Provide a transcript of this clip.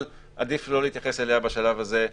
אבל עדיף לא להתייחס אליה בשלב הזה,